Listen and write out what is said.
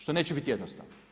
Što neće biti jednostavno.